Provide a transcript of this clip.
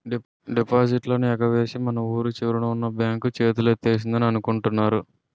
డిపాజిట్లన్నీ ఎగవేసి మన వూరి చివరన ఉన్న బాంక్ చేతులెత్తేసిందని అనుకుంటున్నారు